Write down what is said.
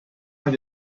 hat